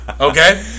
Okay